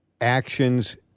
actions